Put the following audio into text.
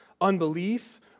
unbelief